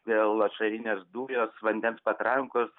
vėl ašarinės dujos vandens patrankos